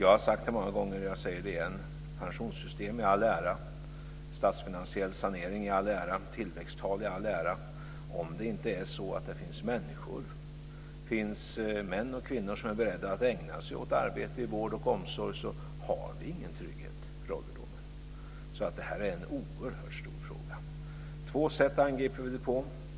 Jag har sagt det många gånger och jag säger det igen, pensionssystem i all ära, statsfinansiell sanering i all ära, tillväxttal i all ära, om det inte finns människor, män och kvinnor, som är beredda att ägna sig åt arbete inom vård och omsorg så har vi ingen trygghet för ålderdomen. Det här är en oerhört stor fråga. Två sätt angriper vi den på.